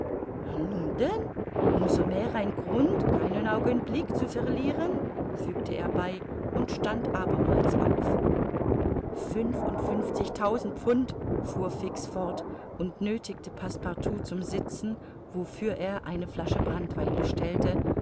nun denn um so mehr grund keinen augenblick zu verlieren fügte er bei und stand abermals auf fünfundfünfzigtausend pfund fuhr fix fort und nöthigte passepartout zum sitzen wofür er eine flasche branntwein bestellte